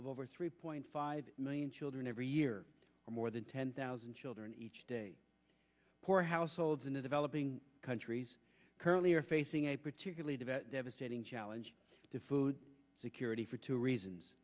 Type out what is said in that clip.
over three point five million children every year more than ten thousand children each day poor households in the developing countries currently are facing a particularly to setting challenge to food security for two reasons